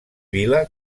vila